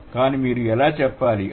కానీ మీరు ఎలా చెప్పాలి అంటే